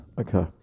Okay